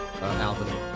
Alvin